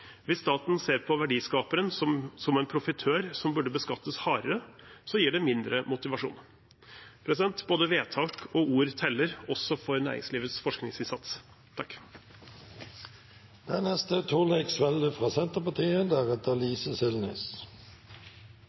Hvis staten ser på verdiskaperen som en profitør som burde beskattes hardere, gir det mindre motivasjon. Både vedtak og ord teller, også for næringslivets forskningsinnsats. Det er